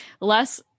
less